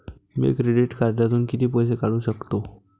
मी credit कार्डातून किती पैसे काढू शकतो?